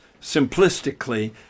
simplistically